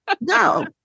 No